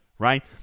right